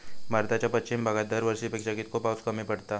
भारताच्या पश्चिम भागात दरवर्षी पेक्षा कीतको पाऊस कमी पडता?